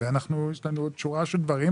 יש לנו עוד שורה של דברים,